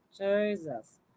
jesus